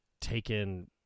taken